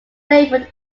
labeled